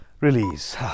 Release